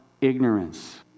ignorance